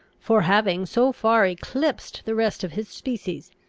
for having so far eclipsed the rest of his species.